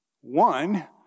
one